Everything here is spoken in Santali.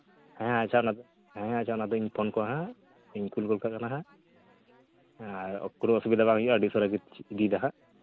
ᱦᱮᱸ ᱟᱪᱪᱷᱟ ᱚᱱᱟᱫᱚ ᱦᱮᱸ ᱟᱪᱪᱷᱟ ᱚᱱᱟᱫᱩᱧ ᱯᱷᱳᱱᱟᱠᱚᱣᱟ ᱦᱟᱸᱜ ᱤᱧ ᱯᱷᱳᱱ ᱜᱚᱫ ᱠᱟᱜᱼᱟ ᱦᱟᱸᱜᱦᱮᱸ ᱟᱨ ᱠᱚᱱᱳ ᱚᱥᱩᱵᱤᱫᱟ ᱵᱟᱝ ᱦᱩᱭᱩᱜᱼᱟ ᱟᱹᱰᱤ ᱩᱥᱟᱹᱨᱟᱜᱮ ᱤᱫᱤᱭᱫᱟ ᱦᱟᱸᱜ